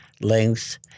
lengths